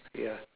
ya